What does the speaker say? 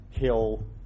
kill